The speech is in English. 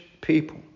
people